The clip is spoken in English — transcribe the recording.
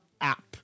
app